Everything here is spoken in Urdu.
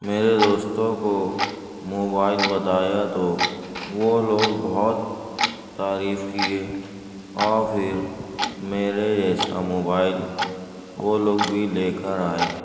میرے دوستوں کو موبائل بتایا تو وہ لوگ بہت تعریف کئے اور پھر میرے جیسا موبائل وہ لوگ بھی لے کر آئے